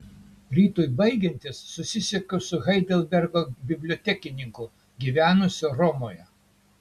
rytui baigiantis susisiekiau su heidelbergo bibliotekininku gyvenusiu romoje